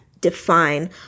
define